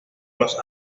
los